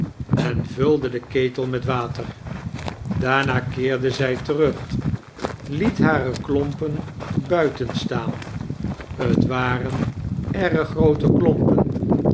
en vulde den ketel met water daarna keerde zij terug liet hare klompen buiten staan twaren erg groote klompen